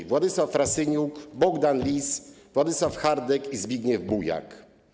To Władysław Frasyniuk, Bogdan Lis, Władysław Hardek i Zbigniew Bujak.